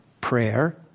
prayer